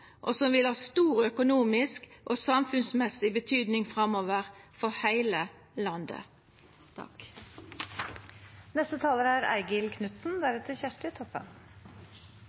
risiko, og vil ha stor økonomisk og samfunnsmessig betydning framover, for heile landet.